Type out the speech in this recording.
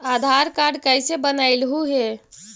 आधार card कईसे बनैलहु हे?